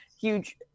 huge